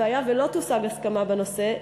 והיה ולא תושג הסכמה בנושא,